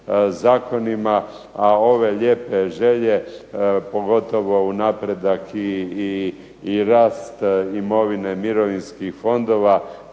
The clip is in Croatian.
zakonima. A ove lijepe želje pogotovo u rast i napredak imovine mirovinskih fondova,